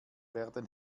werden